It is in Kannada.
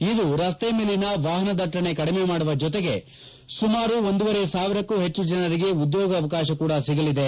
ಇದು ರಸ್ತೆ ಮೇಲಿನ ವಾಹನ ದಟ್ಟಣೆ ಕಡಿಮೆ ಮಾಡುವ ಜೊತೆಗೆ ಸುಮಾರು ಒಂದೂವರೆ ಸಾವಿರಕ್ಕೂ ಹೆಚ್ಚು ಜನರಿಗೆ ಉದ್ಯೋಗಾವಕಾಶ ಕೂಡ ಸಿಗಲಿದೆ